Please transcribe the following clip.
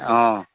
ꯑꯣ